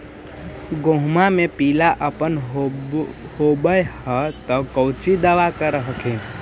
गोहुमा मे पिला अपन होबै ह तो कौची दबा कर हखिन?